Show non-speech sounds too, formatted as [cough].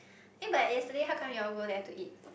[breath] eh but yesterday how come you all go there to eat